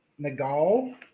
Nagal